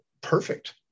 perfect